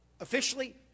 officially